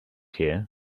here